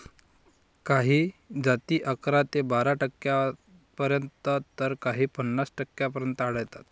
काही जाती अकरा ते बारा टक्क्यांपर्यंत तर काही पन्नास टक्क्यांपर्यंत आढळतात